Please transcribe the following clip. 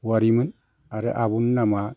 औवारिमोन आरो आब'नि नामा